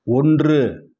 ஒன்று